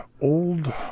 old